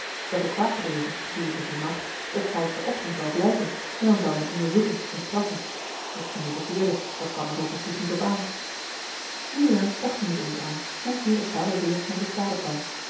werd er kwaad bedreven gedurende den nacht dat zou te ochtend wel blijken en dan zou men onderzoeken en straffen misschien den verkeerde dat kwam er zoo precies niet op aan juliaan dacht er niet eens aan hoezeer het barre weêr hem te stade kwam